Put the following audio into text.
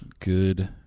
Good